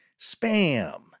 spam